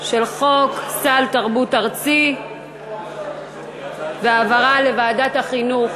חוק סל תרבות ארצי והעברה לוועדת החינוך.